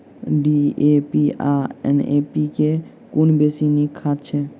DAP आ NPK मे कुन बेसी नीक खाद छैक?